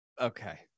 Okay